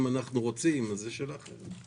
אם אנחנו רוצים זה שאלה אחרת.